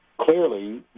clearly